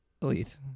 Elite